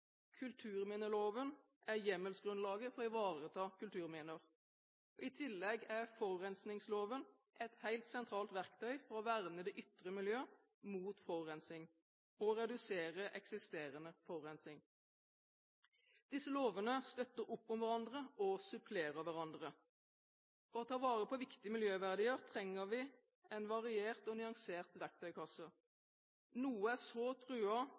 Kulturminneloven er hjemmelsgrunnlaget for å ivareta kulturminner. I tillegg er forurensingsloven et helt sentralt verktøy for å verne det ytre miljø mot forurensning og å redusere eksisterende forurensing. Disse lovene støtter opp om hverandre og supplerer hverandre. For å ta vare på viktige miljøverdier trenger vi en variert og nyansert verktøykasse. Noe er så